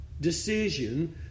decision